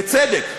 בצדק,